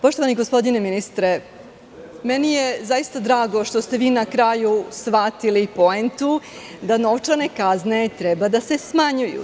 Poštovani gospodine ministre, meni je zaista drago što ste vi, na kraju, shvatili poentu da novčane kazne treba da se smanjuju.